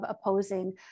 opposing